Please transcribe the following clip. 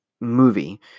movie